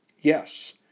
Yes